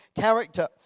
character